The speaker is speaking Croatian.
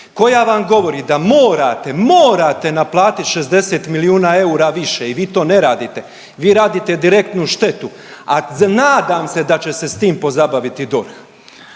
koja vam govori da morate, morate naplatiti 60 milijuna eura više i vi to ne radite. Vi radite direktnu štetu. A nadam se da će se s tim pozabaviti DORH.